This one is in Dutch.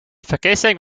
verkiezing